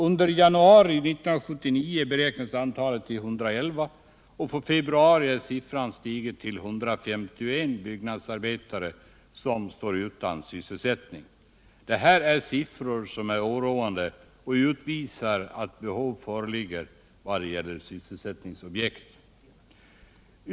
Under januari 1979 beräknas antalet till 111 och för februari har siffran stigit till 151 byggnadsarbetare som står utan sysselsättning. Det här är siffror som är oroande och som utvisar att behov föreligger vad det gäller sysselsättningsobjekt.